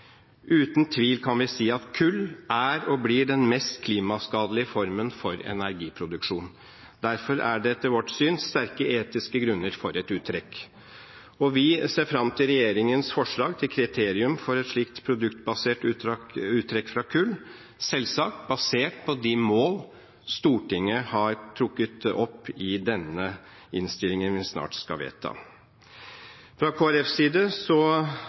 Uten tvil kan vi si at kull er og blir den mest klimaskadelige formen for energiproduksjon. Derfor er det etter vårt syn sterke etiske grunner for et uttrekk. Vi ser fram til regjeringens forslag til kriterier for et slikt produktbasert uttrekk fra kull, selvsagt basert på de mål Stortinget har trukket opp i denne innstillingen som vi snart skal vedta. Fra Kristelig Folkepartis side